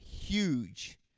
huge